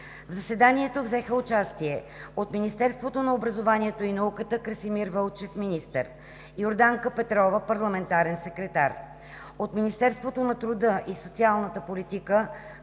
В заседанието взеха участие: от Министерството на образованието и науката – Красимир Вълчев – министър, Йорданка Петрова – парламентарен секретар; от Министерството на труда и социалната политика